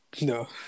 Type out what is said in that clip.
No